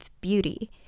beauty